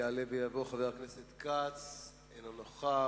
יעלה ויבוא חבר הכנסת יעקב כץ, אינו נוכח.